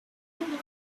میبینی